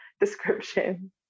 description